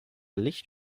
licht